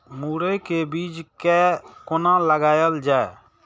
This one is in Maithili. मुरे के बीज कै कोना लगायल जाय?